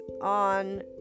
on